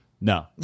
No